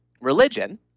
religion